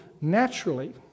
naturally